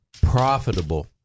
profitable